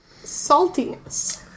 Saltiness